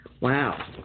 Wow